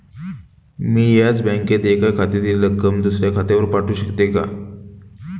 मी याच बँकेत एका खात्यातील रक्कम दुसऱ्या खात्यावर पाठवू शकते का?